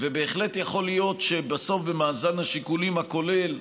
ובהחלט יכול להיות שבסוף, במאזן השיקולים הכולל,